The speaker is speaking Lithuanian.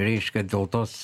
reiškia dėl tos